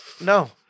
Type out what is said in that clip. No